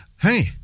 hey